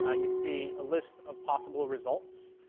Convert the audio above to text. ah you see a list of possible results,